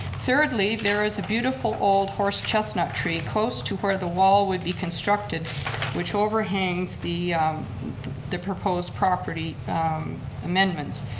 thirdly, there is a beautiful old horse chestnut tree close to where the wall would be constructed which overhangs the the proposed property amendments.